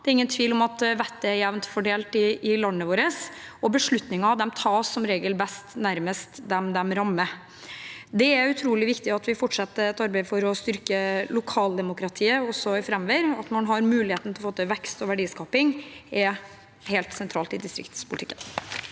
Det er ingen tvil om at vettet er jevnt fordelt i landet vårt, og beslutninger tas som regel best nærmest dem de rammer. Det er utrolig viktig at vi fortsetter arbeidet for å styrke lokaldemokratiet også framover. At man har muligheten til å få til vekst og verdiskaping, er helt sentralt i distriktspolitikken.